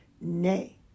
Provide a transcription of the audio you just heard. Nay